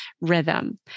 rhythm